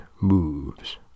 moves